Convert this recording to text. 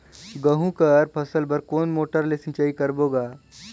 गहूं कर फसल बर कोन मोटर ले सिंचाई करबो गा?